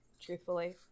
truthfully